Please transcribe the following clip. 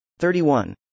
31